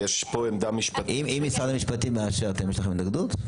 אם משרד המשפטים מאשר, יש לכם התנגדות?